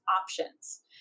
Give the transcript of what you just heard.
options